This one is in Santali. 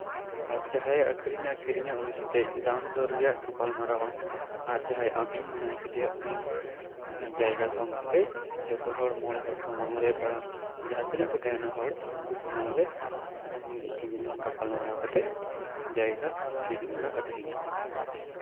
ᱟᱨ ᱡᱟᱸᱦᱟᱭᱮ ᱠᱤᱨᱤᱧᱟ ᱟᱠᱷᱨᱤᱧᱟ ᱩᱱᱤ ᱥᱟᱶᱛᱮᱢ ᱫᱟᱢ ᱫᱚᱨ ᱨᱮᱭᱟᱜ ᱜᱟᱯᱟᱞ ᱢᱟᱨᱟᱣ ᱟᱢ ᱡᱟᱦᱟᱭ ᱟᱢᱤᱱ ᱢᱮᱱᱟᱭᱟ ᱩᱱᱤ ᱡᱟᱭᱜᱟ ᱥᱚᱝ ᱠᱟᱛᱮᱫ ᱡᱚᱛᱚ ᱦᱚᱲ ᱢᱚᱬᱮ ᱦᱚᱲ ᱥᱟᱢᱟᱝ ᱨᱮ ᱵᱟ ᱡᱟᱦᱟᱛᱤᱱᱟᱹᱜ ᱠᱚ ᱛᱟᱦᱮᱱᱟ ᱩᱱᱠᱩ ᱥᱟᱢᱟᱝ ᱨᱮ ᱜᱟᱯᱟᱞᱢᱟᱨᱟᱣ ᱠᱟᱛᱮᱫ ᱡᱟᱭᱜᱟ ᱠᱤᱨᱤᱧ ᱵᱟ ᱟᱠᱷᱨᱤᱧᱟ